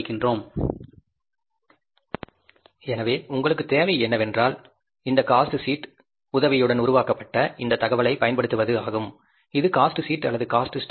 slide நேரம் 2205 ஐப் பார்க்கவும் எனவே உங்களுக்குத் தேவை என்னவென்றால் இந்த காஸ்ட் ஷீட் உதவியுடன் உருவாக்கப்பட்ட இந்த தகவலைப் பயன்படுத்துவது ஆகும் இது காஸ்ட் ஷீட் அல்லது காஸ்ட் ஸ்டேட்மெண்ட்